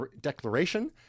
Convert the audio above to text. Declaration